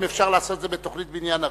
אם אפשר לעשות את זה בתוכנית בניין ערים,